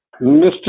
Mr